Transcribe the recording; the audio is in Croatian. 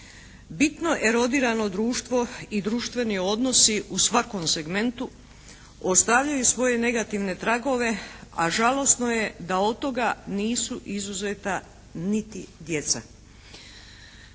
Bitno erodirano društvo i društveni odnosi u svakom segmentu ostavljaju svoje negativne tragove, a žalosno je da od toga nisu izuzeta niti djeca.